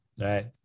right